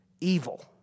evil